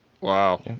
Wow